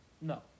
No